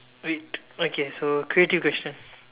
wait okay so creative question